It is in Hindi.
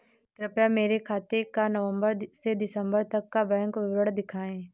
कृपया मेरे खाते का नवम्बर से दिसम्बर तक का बैंक विवरण दिखाएं?